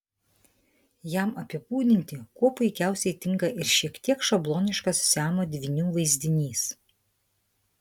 jam apibūdinti kuo puikiausiai tinka ir šiek tiek šabloniškas siamo dvynių vaizdinys